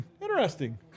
Interesting